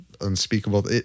unspeakable